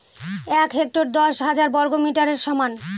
এক হেক্টর দশ হাজার বর্গমিটারের সমান